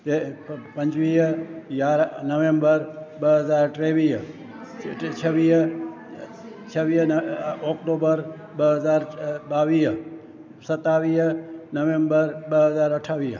पंजवीह यारहां नवेंबर ॿ हज़ार टेवीह छवीह छवीह ओक्टूबर ॿ हज़ार ॿावीह सतावीह नवेंबर ॿ हज़ार अठावीह